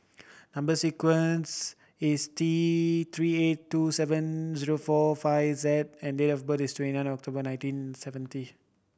number sequence is T Three eight two seven zero four five Z and date of birth is twenty nine October nineteen seventy